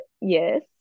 Yes